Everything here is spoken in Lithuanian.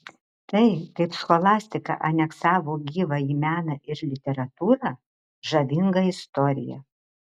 tai kaip scholastika aneksavo gyvąjį meną ir literatūrą žavinga istorija